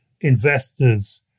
investors